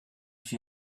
she